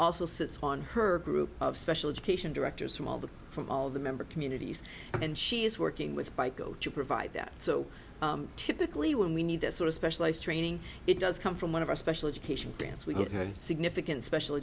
also sits on her group of special education directors from all the from all of the member communities and she is working with by coach to provide that so typically when we need that sort of specialized training it does come from one of our special education dance we have had significant special